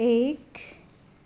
एक